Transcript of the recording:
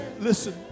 listen